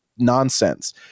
nonsense